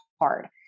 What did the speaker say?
hard